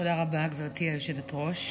תודה רבה, גברתי היושבת-ראש.